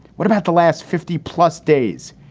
what about the last fifty plus days?